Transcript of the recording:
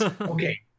Okay